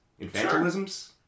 Infantilisms